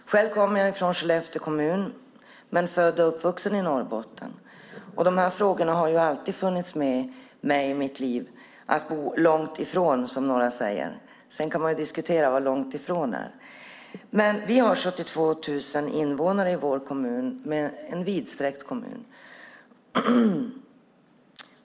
Själv kommer jag från Skellefteå kommun men är född och uppvuxen i Norrbotten. De här frågorna har alltid funnits med mig i mitt liv. Att bo långt ifrån, säger några, men man kan ju diskutera vad långt ifrån är. Vi har 72 000 invånare i vår kommun. Det är en vidsträckt kommun.